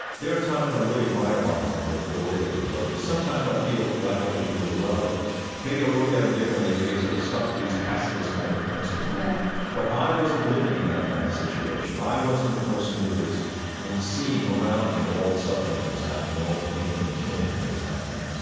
there are times when i really admire bonhoeffer for the way that he approached this. sometimes i feel like other people do, well, maybe i would look at him differently if he had sort of stuck to these pacifist kind of principles. yeah but i wasn't living in that kind of situation. i wasn't the person who was seeing around me all the suffering that was happening and all the pain and the killing that was happening.